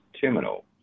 terminal